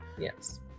Yes